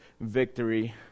victory